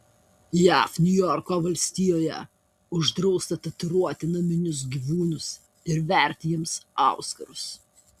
jav niujorko valstijoje uždrausta tatuiruoti naminius gyvūnus ir verti jiems auskarus